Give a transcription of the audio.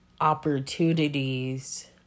opportunities